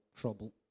trouble